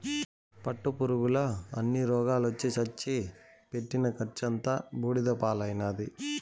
పట్టుపురుగుల అన్ని రోగాలొచ్చి సచ్చి పెట్టిన కర్సంతా బూడిద పాలైనాది